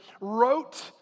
wrote